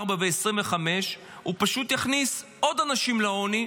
ו-2025 פשוט יכניס עוד אנשים לעוני,